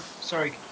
sorry